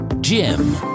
Jim